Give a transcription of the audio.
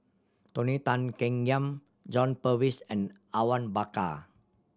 Tony Tan Keng Yam John Purvis and Awang Bakar